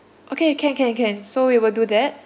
okay can can can so we will do that